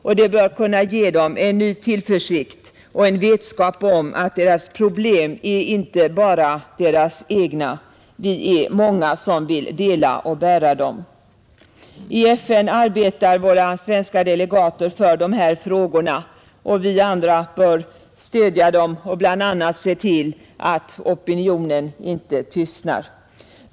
Det kan ge dem ny tillförsikt och vetskap att deras problem inte är bara deras egna; vi är många som vill dela och bära dem. I FN arbetar våra svenska delegater för dessa frågor, och vi andra bör stödja dem och bl.a. se till att opinionen inte tystnar.